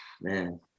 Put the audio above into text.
Man